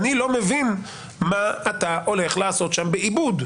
אני לא מבין מה אתה הולך לעשות שם בעיבוד.